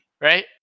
right